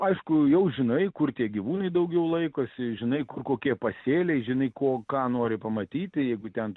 aišku jau žinai kur tie gyvūnai daugiau laikosi žinai kur kokie pasėliai žinai ko ką nori pamatyti jeigu ten